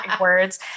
words